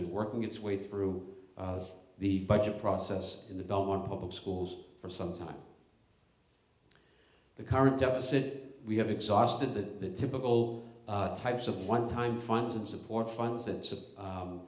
been working its way through the budget process in the belmont public schools for some time the current deficit we have exhausted the typical types of one time funds and support funds